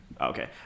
okay